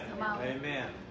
Amen